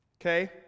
Okay